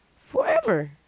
Forever